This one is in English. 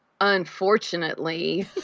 unfortunately